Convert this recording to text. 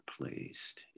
placed